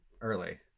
early